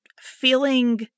feeling